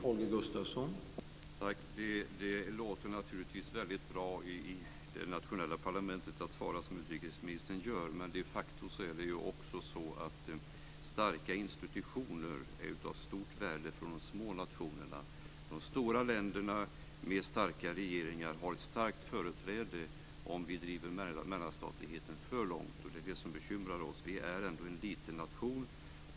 Herr talman! Det låter naturligtvis väldigt bra i det nationella parlamentet att svara som utrikesministern gör. Men starka institutioner är de facto av stort värde för de små nationerna. De stora länderna med starka regeringar får företräde om vi driver mellanstatligheten för långt, och det är det som bekymrar oss. Sverige är ändå en liten nation.